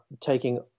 taking